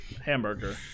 Hamburger